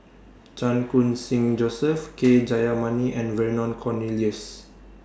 Chan Khun Sing Joseph K Jayamani and Vernon Cornelius